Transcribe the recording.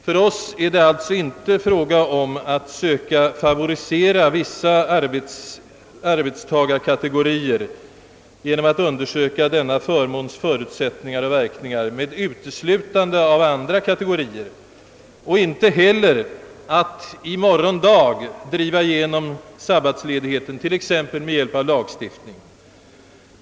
För oss är det alltså inte fråga om att söka favorisera vissa arbetstagarkategorier genom att undersöka denna förmåns förutsättningar och verkningar med uteslutande av andra kategorier och inte heller att i morgon dag driva igenom sabbatsledighet t.ex. med hjälp av lagstiftning.